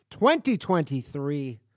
2023